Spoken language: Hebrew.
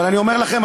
אבל אני אומר לכם,